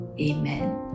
Amen